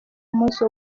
umunsi